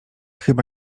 chyba